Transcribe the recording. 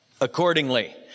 accordingly